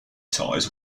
ties